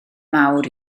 mawr